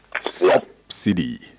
Subsidy